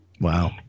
Wow